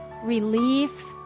Relief